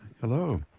Hello